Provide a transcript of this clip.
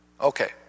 Okay